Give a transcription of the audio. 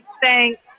thanks